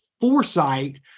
foresight